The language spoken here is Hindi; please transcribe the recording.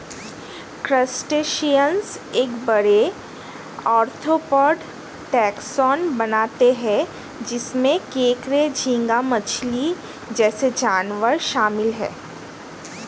क्रस्टेशियंस एक बड़े, आर्थ्रोपॉड टैक्सोन बनाते हैं जिसमें केकड़े, झींगा मछली जैसे जानवर शामिल हैं